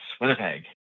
Winnipeg